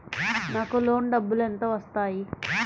నాకు లోన్ డబ్బులు ఎంత వస్తాయి?